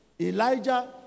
Elijah